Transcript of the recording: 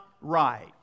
right